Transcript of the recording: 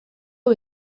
hau